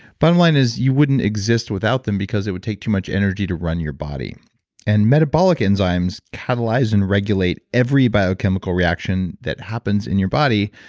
bottom line is you wouldn't exist without them because it would take too much energy to run your body and metabolic enzymes catalyze and regulate every biochemical reaction that happens in your body,